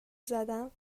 زدم